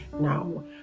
Now